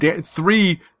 three